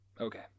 Okay